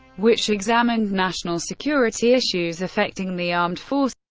which examined national security issues affecting the armed forces,